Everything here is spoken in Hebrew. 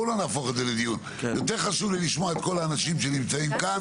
יותר חשוב לי לשמוע את כל האנשים שנמצאים כאן.